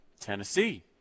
Tennessee